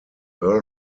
earl